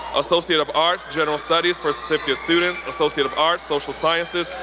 associate of arts, general studies for certificate students, associate of arts, social sciences,